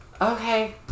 Okay